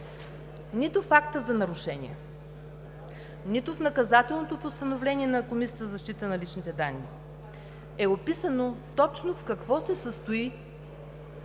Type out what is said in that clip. Нито фактът за нарушение, нито в наказателното постановление на Комисията за защита на личните данни е описано точно в какво се състои